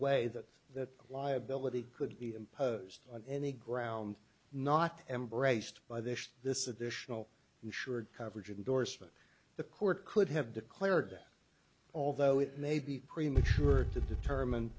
way that that liability could be imposed on any ground not embraced by the this additional insured coverage indorsement the court could have declared although it may be premature to determine